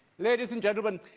ladies and gentlemen,